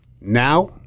Now